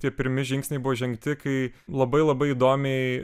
tie pirmi žingsniai buvo žengti kai labai labai įdomiai